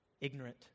ignorant